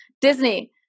Disney